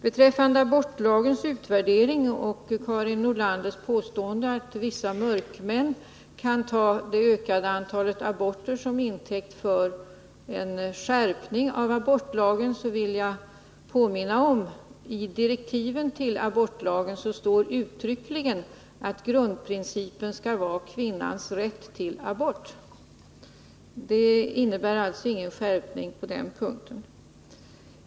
Beträffande abortlagens utvärdering och Karin Nordlanders påstående att vissa mörkmän kan ta det ökade antalet aborter till intäkt för en skärpning av abortlagen, vill jag påminna om att det i direktiven till utvärdering av abortlagstiftningen uttryckligen står att grundprincipen i lagstiftningen skall ligga fast, nämligen kvinnans rätt till abort. Det innebär alltså ingen skärpning på den punkten.